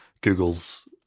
Google's